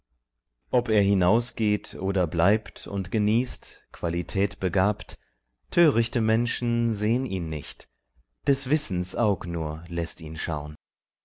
ob er hinaus geht oder bleibt und genießt qualitätbegabt törichte menschen sehn ihn nicht des wissens aug nur läßt ihn schaun